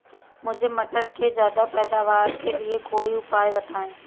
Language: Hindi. मुझे मटर के ज्यादा पैदावार के लिए कोई उपाय बताए?